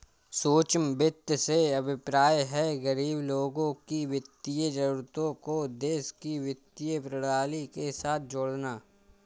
सूक्ष्म वित्त से अभिप्राय है, गरीब लोगों की वित्तीय जरूरतों को देश की वित्तीय प्रणाली के साथ जोड़ना